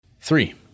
three